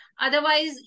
Otherwise